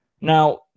Now